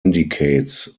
indicates